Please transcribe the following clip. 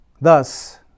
thus